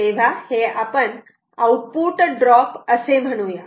तेव्हा हे आपण आउटपुट ड्रॉप असे म्हणूयात